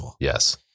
Yes